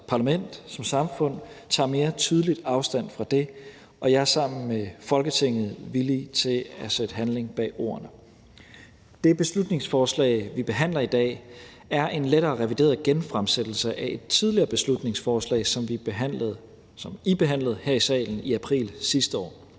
parlament og som samfund tager mere tydelig afstand fra det, og jeg er sammen med Folketinget villig til at sætte handling bag ordene. Det beslutningsforslag, vi behandler i dag, er en lettere revideret genfremsættelse af et tidligere beslutningsforslag, som I behandlede her i salen i april sidste år.